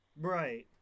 Right